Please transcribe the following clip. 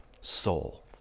soul